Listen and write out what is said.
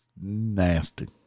Nasty